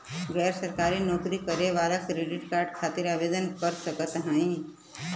गैर सरकारी नौकरी करें वाला क्रेडिट कार्ड खातिर आवेदन कर सकत हवन?